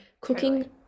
cooking